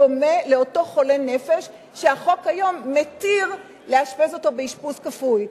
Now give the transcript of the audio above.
בדומה לאותו חולה נפש שהחוק היום מתיר לאשפז אותו באשפוז כפוי.